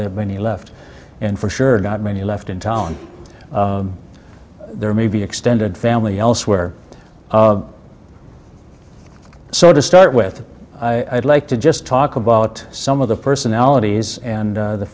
that many left and for sure god many left in town there may be extended family elsewhere so to start with i'd like to just talk about some of the personalities and